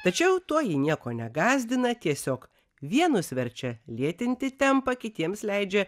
tačiau toji nieko negąsdina tiesiog vienus verčia lėtinti tempą kitiems leidžia